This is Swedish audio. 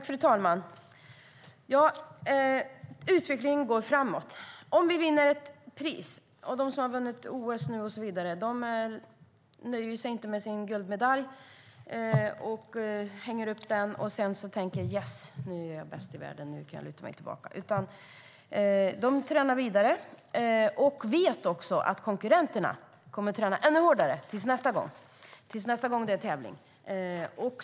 Fru talman! Utvecklingen går framåt. De som har vunnit OS nu nöjer sig inte med sin guldmedalj. De hänger inte upp den och tänker: Yes, nu är jag bäst i världen, nu kan jag luta mig tillbaka. De tränar vidare och vet att konkurrenterna kommer att träna ännu hårdare till nästa gång det är tävling.